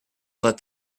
let